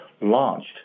launched